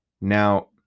Now